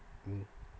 mm